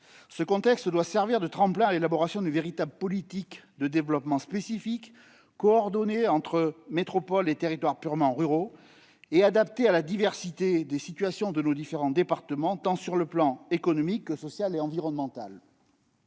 Ce contexte doit servir de tremplin à l'élaboration d'une véritable politique de développement spécifique, coordonnée entre métropoles et territoires purement ruraux, et adaptée à la diversité des situations de nos départements, sur le plan tant économique que social et environnemental.